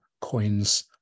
coins